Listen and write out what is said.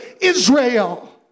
Israel